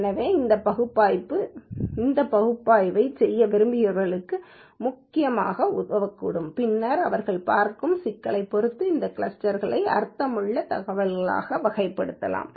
எனவே இந்த பகுப்பாய்வு இந்த பகுப்பாய்வைச் செய்ய விரும்பியவர்களுக்கு முக்கியமாக உதவக்கூடும் பின்னர் அவர்கள் பார்க்கும் சிக்கலைப் பொறுத்து இந்த கிளஸ்டர்களை அர்த்தமுள்ள தகவல்களாக வகைப்படுத்தலாம்